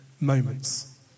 moments